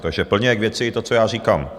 Takže plně k věci to, co já říkám.